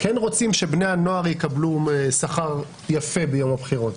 אבל אנחנו כן רוצים שבני הנוער יקבלו שכר יפה ביום הבחירות.